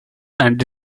and